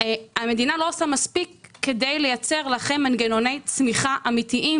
המדינה לא עושה מספיק כדי לייצר לכם מנגנוני צמיחה אמיתיים,